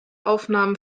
aufnahmen